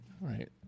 right